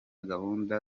gahunda